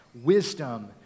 wisdom